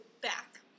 back